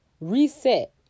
Reset